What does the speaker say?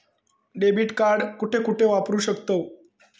Debit card कुठे कुठे वापरू शकतव?